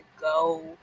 go